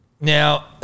Now